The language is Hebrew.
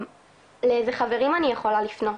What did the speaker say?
לאיזה חברים אני יכולה לפנות.